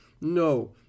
no